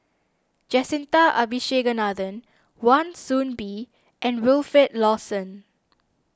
Jacintha Abisheganaden Wan Soon Bee and Wilfed Lawson